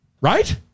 Right